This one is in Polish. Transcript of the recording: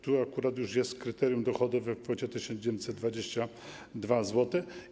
Tu akurat już jest kryterium dochodowe - 1922 zł.